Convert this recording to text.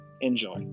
enjoy